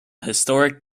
historic